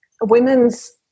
women's